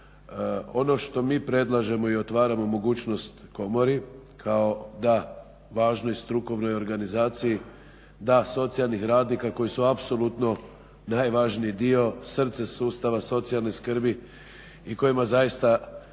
Ono što mi predlažemo i otvaramo mogućnost komori kao da važnoj strukovnoj organizaciji, da socijalnih radnika koji su apsolutno najvažniji dio, srce sustava socijalne skrbi. I kojima zaista